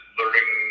learning